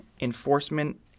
enforcement